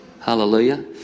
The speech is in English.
Hallelujah